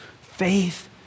Faith